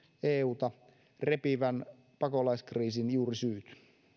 euta repivän pakolaiskriisin juurisyyt